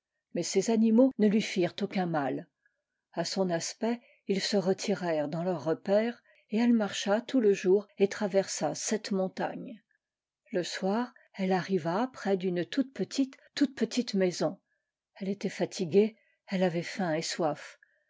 mais es animaux ne lui firent aucun mal a son aspect ils se retirèrent dans leurs repaires et elle marcha tout le jour et traversa sept montagnes le soir elle arriva près d'une toute petite toute petite maison elle était fatiguée elle avait faim et soif